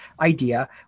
idea